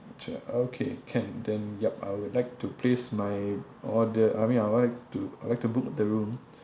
sure okay can then yup I would like to place my order I mean I would like to I'd like to book the room